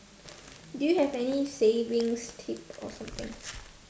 do you have any savings tip or something